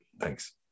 Thanks